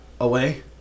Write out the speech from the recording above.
away